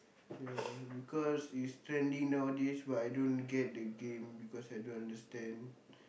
ya because it's trending nowadays but I don't get the game because I don't understand